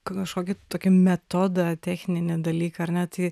kažkokį tokį metodą techninį dalyką ar ne tai